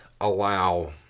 allow